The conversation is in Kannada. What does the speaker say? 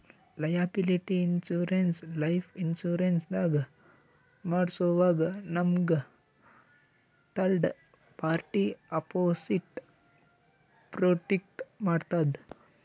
ಲಯಾಬಿಲಿಟಿ ಇನ್ಶೂರೆನ್ಸ್ ಲೈಫ್ ಇನ್ಶೂರೆನ್ಸ್ ದಾಗ್ ಮಾಡ್ಸೋವಾಗ್ ನಮ್ಗ್ ಥರ್ಡ್ ಪಾರ್ಟಿ ಅಪೊಸಿಟ್ ಪ್ರೊಟೆಕ್ಟ್ ಮಾಡ್ತದ್